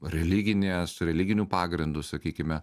religinės religiniu pagrindu sakykime